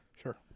Sure